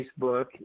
Facebook